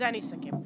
שנים ניסינו,